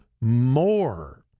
more